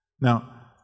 Now